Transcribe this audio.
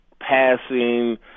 passing